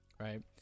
Right